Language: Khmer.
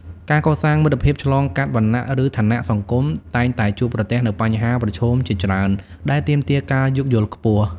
ការកសាងមិត្តភាពឆ្លងកាត់វណ្ណៈ ឬឋានៈសង្គមតែងតែជួបប្រទះនូវបញ្ហាប្រឈមជាច្រើនដែលទាមទារការយោគយល់ខ្ពស់។